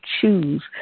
choose